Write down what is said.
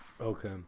Okay